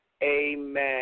Amen